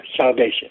salvation